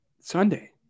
sunday